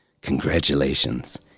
congratulations